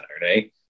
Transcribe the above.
Saturday